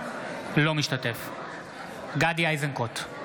אינו משתתף בהצבעה גדי איזנקוט,